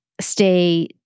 stay